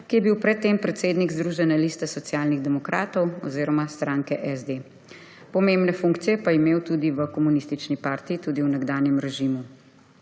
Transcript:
ki je bil pred tem predsednik Združene liste socialnih demokratov oziroma stranke SD. Pomembne funkcije pa je imel tudi v komunistični partiji v nekdanjem režimu.